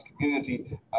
community